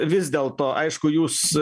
vis dėl to aišku jūs